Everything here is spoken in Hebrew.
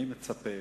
אני מצפה